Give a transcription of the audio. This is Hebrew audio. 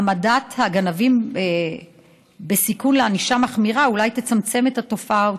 העמדת הגנבים בסיכון לענישה מחמירה אולי תצמצם את התופעה או